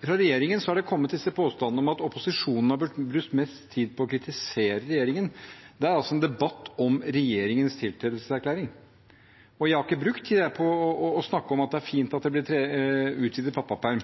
Fra regjeringen har det kommet påstander om at opposisjonen har brukt mest tid på å kritisere regjeringen. Det er altså en debatt om regjeringens tiltredelseserklæring. Jeg har ikke brukt tid på å snakke om at det er fint at det blir utvidet pappaperm.